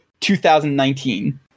2019